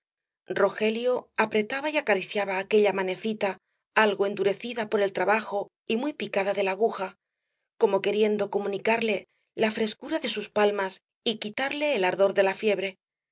rogelio apretaba y acariciaba aquella manecita algo endurecida por el trabajo y muy picada de la aguja como queriendo comunicarle la frescura de sus palmas y quitarle el ardor de la fiebre